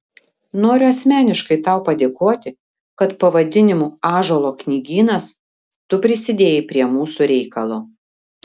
noriu asmeniškai tau padėkoti kad pavadinimu ąžuolo knygynas tu prisidėjai prie mūsų reikalo